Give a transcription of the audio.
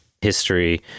history